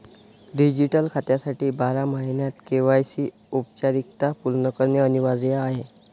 digital खात्यासाठी बारा महिन्यांत के.वाय.सी औपचारिकता पूर्ण करणे अनिवार्य आहे